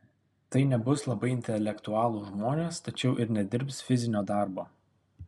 tai nebus labai intelektualūs žmonės tačiau ir nedirbs fizinio darbo